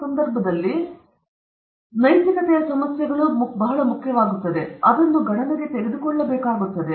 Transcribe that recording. ಆದ್ದರಿಂದ ಆ ಸಂದರ್ಭದಲ್ಲಿ ಬಹಳ ಮುಖ್ಯವಾದ ಸಮಸ್ಯೆಗಳು ಇವೆ ನೈತಿಕ ಸಮಸ್ಯೆಗಳು ಅದನ್ನು ಗಣನೆಗೆ ತೆಗೆದುಕೊಳ್ಳಬೇಕಾಗುತ್ತದೆ